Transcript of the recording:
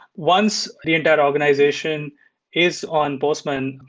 once the entire organization is on postman,